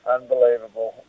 Unbelievable